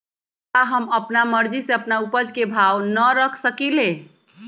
का हम अपना मर्जी से अपना उपज के भाव न रख सकींले?